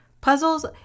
puzzles